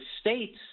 states